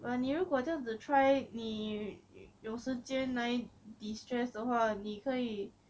but 你如果这样子 try 你有时间来 destress 的话你可以